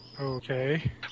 okay